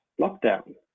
lockdown